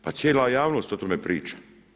Pa cijela javnost o tome priča.